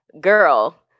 girl